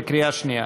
בקריאה שנייה.